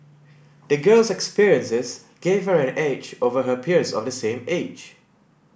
the girl's experiences gave her an edge over her peers of the same age